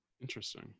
interesting